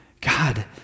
god